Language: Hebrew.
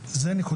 וגם אני רוצה